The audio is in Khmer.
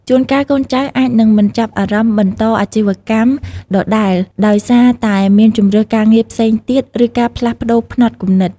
ជួនកាល កូនចៅអាចនឹងមិនចាប់អារម្មណ៍បន្តអាជីវកម្មដដែលដោយសារតែមានជម្រើសការងារផ្សេងទៀត ឬការផ្លាស់ប្ដូរផ្នត់គំនិត។